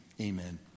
amen